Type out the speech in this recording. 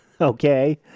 Okay